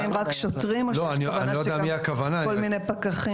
האם רק שוטרים או שיש כוונה שגם כל מיני פקחים?